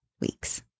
weeks